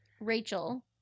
Rachel